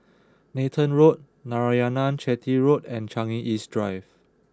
Nathan Road Narayanan Chetty Road and Changi East Drive